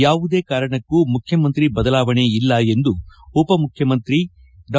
ಯಾವುದೇ ಕಾರಣಕ್ಕೂ ಮುಖ್ಯಮಂತ್ರಿ ಬದಲಾವಣೆ ಇಲ್ಲ ಎಂದು ಉಪ ಮುಖ್ಯಮಂತ್ರಿ ಡಾ